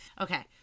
Okay